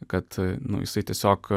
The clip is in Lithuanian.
kad nu jisai tiesiog